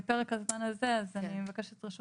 נעשב בפרק הזמן הזה אני מבקשת את רשות